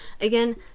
Again